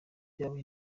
byabaye